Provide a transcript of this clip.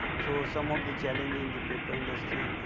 so, some of the challenges in the paper industry,